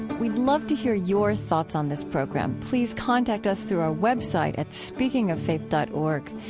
we'd love to hear your thoughts on this program. please contact us through our web site at speakingoffaith dot org.